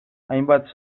hainbat